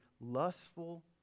lustful